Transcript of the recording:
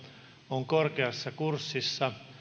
on korkeassa kurssissa